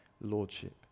lordship